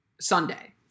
Sunday